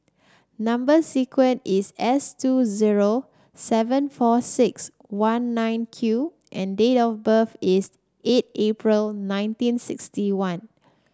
number sequence is S two zero seven four six one nine Q and date of birth is eight April nineteen sixty one